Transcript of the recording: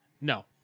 No